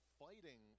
fighting